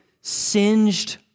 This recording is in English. singed